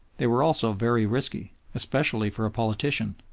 they were also very risky especially for a politician.